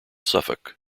suffolk